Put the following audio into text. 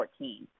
2014